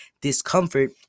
discomfort